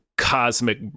cosmic